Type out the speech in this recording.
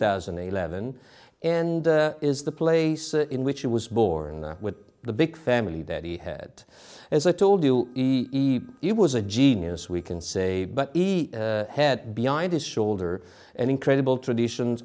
thousand and eleven and is the place in which he was born with the big family that he had as i told you he was a genius we can say but each had beyond his shoulder and incredible traditions